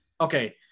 Okay